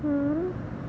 hmm